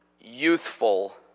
youthful